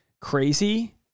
crazy